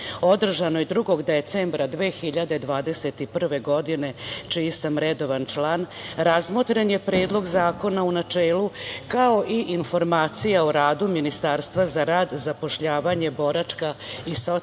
održanoj 2. decembra 2021. godine, čiji sam redovan član, razmotren je predlog zakona u načelu, kao i Informacija o radu Ministarstva za rad, zapošljavanje, boračka i socijalna